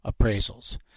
appraisals